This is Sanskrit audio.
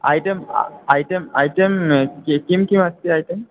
ऐटम् ऐटम् ऐटं कि किं किमस्ति ऐटम्